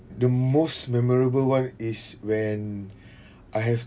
the most memorable one is when I have